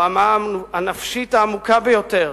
ברמה הנפשית העמוקה ביותר